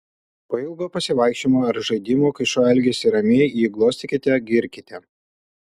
po ilgo pasivaikščiojimo ar žaidimų kai šuo elgiasi ramiai jį glostykite girkite